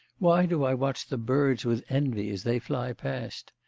why do i watch the birds with envy as they fly past?